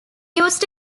use